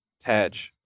taj